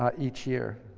um each year.